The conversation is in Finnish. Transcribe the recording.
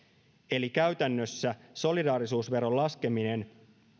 eli käytännössä solidaarisuusveron laskeminen